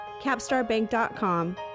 capstarbank.com